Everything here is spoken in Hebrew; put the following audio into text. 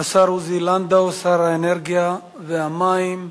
השר עוזי לנדאו, שר האנרגיה והמים.